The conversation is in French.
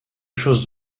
chose